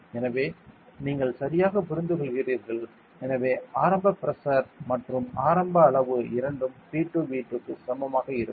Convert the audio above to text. எனவே நீங்கள் சரியாக புரிந்துகொள்கிறீர்கள் எனவே ஆரம்ப பிரஷர் மற்றும் ஆரம்ப அளவு இரண்டும் P 2 V 2 க்கு சமமாக இருக்கும்